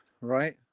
right